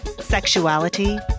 sexuality